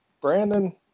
Brandon